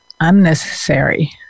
unnecessary